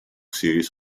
series